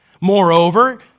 Moreover